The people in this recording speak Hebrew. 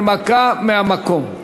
הנמקה מהמקום.